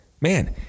Man